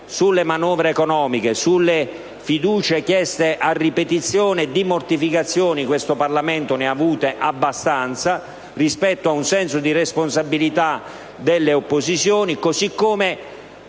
Sulle manovre economiche, sulle fiducie chieste a ripetizione, di mortificazioni questo Parlamento ne ha avute abbastanza rispetto a un senso di responsabilità delle opposizioni. Ricordo